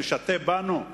משטה בנו?